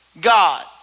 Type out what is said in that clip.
God